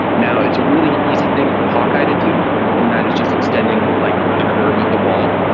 now, it's a really easy thing for hawk-eye to do and that is just extending like the curve of the ball.